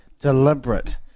deliberate